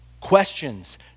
Questions